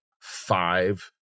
five